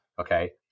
Okay